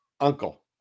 Uncle